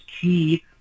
key